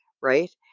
right